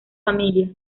familia